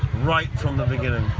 right from the beginning.